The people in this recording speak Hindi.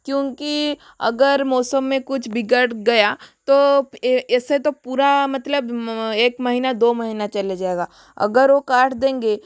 क्योंकि अगर मौसम में कुछ बिगड़ गया तो ऐसे तो पूरा मतलब एक महीना दो महीना चले जाएगा अगर वह काट देंगे